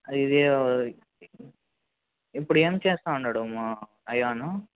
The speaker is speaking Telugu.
ఇది ఇప్పుడు ఏం చేస్తాను ఉన్నాడు మా అయాను